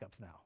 now